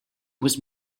was